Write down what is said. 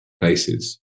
places